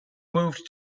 moved